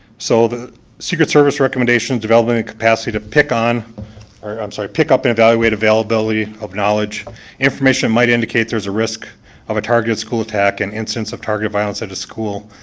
so, the secret service recommendation and development capacity to pick on i'm sorry, pick up and evaluate availability of knowledge information might indicate there's a risk of a targeted school attack and incidence of targeted violence at a school.